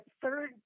third